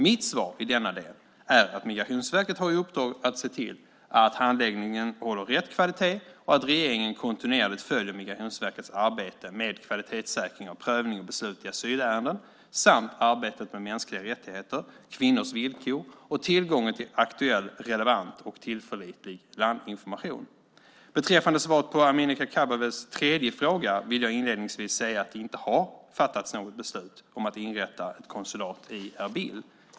Mitt svar i denna del är att Migrationsverket har i uppdrag att se till att handläggningen håller rätt kvalitet och att regeringen kontinuerligt följer Migrationsverkets arbete med kvalitetssäkring av prövning och beslut i asylärenden samt arbetet med mänskliga rättigheter, kvinnors villkor och tillgången till aktuell, relevant och tillförlitlig landinformation. Beträffande svaret på Amineh Kakabavehs tredje fråga vill jag inledningsvis säga att det inte har fattats något beslut om att inrätta ett konsulat i Erbil.